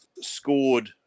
scored